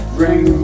Bring